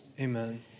Amen